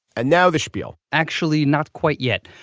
and now the spiel actually not quite yet.